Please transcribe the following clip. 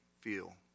feel